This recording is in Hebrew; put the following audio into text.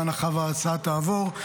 בהנחה שההצעה תעבור.